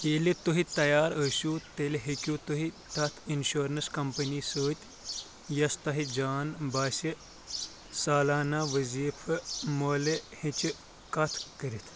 ییٚلہِ تُہۍ تیار ٲسِو تیٚلہِ ہیٚکِو تُہۍ تَتھ انشورنس کمپنی سۭتۍ، یۄس تۄہہِ جان باسہِ ، سالانہ وضیٖفہٕ مولہِ ہیچہِ كتھ كٔرِتھ